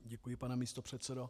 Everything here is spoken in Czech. Děkuji, pane místopředsedo.